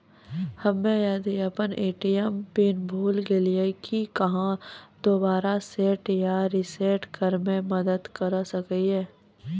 हम्मे यदि अपन ए.टी.एम पिन भूल गलियै, की आहाँ दोबारा सेट या रिसेट करैमे मदद करऽ सकलियै?